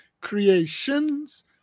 creations